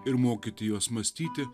ir mokyti juos mąstyti